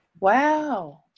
Wow